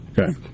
Okay